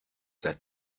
that